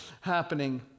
happening